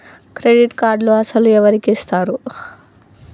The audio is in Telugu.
క్రెడిట్ కార్డులు అసలు ఎవరికి ఇస్తారు?